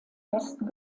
ersten